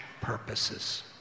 purposes